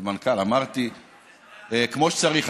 שנוהל ותוקתק כמו שצריך.